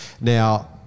Now